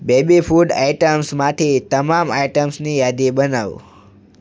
baby food આઇટમ્સમાંથી તમામ આઇટમ્સની યાદી બનાવો